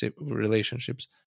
relationships